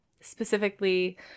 specifically